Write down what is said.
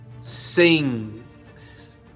sings